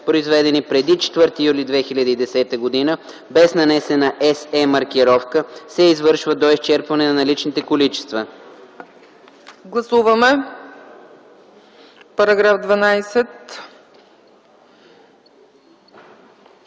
произведени преди 4 юли 2010 г., без нанесена “СЕ” маркировка се извършва до изчерпване на наличните количества.” ПРЕДСЕДАТЕЛ